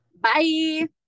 Bye